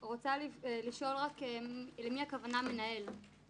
אני רוצה לשאול רק למי הכוונה "מנהל"?